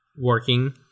working